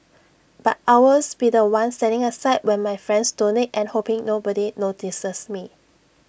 but I'll always be The One standing aside when my friends donate and hoping nobody notices me